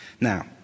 Now